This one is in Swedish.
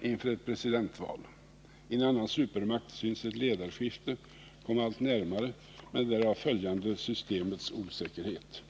inför ett presidentval. I en annan supermakt synes ett ledarskifte komma allt närmare med en därav följande systemets osäkerhet.